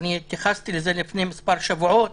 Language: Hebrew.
והתייחסתי לזה לפני מספר שבועות